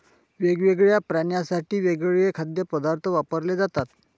वेगवेगळ्या प्राण्यांसाठी वेगवेगळे खाद्य प्रकार वापरले जातात